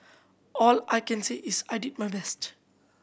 all I can say is I did my best